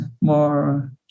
more